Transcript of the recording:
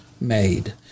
made